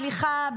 סליחה,